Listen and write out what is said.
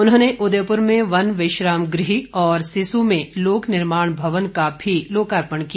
उन्होंने उदयपुर में वन विश्राम गृह और सिस्सु में लोकनिर्माण भवन का भी लोकार्पण किया